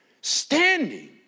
standing